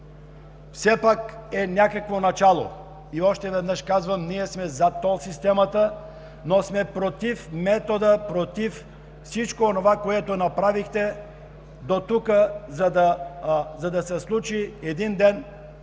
Все пак е някакво начало! И още веднъж казвам: ние сме за тол системата, но сме против метода, против всичко онова, което направихте дотук, за да се случи един ден